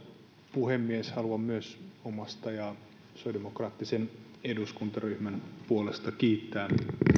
puhemies haluan myös omasta ja sosiaalidemokraattisen eduskuntaryhmän puolesta kiittää